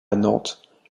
nantes